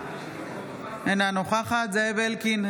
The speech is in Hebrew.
אינה נוכחת זאב אלקין,